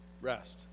Rest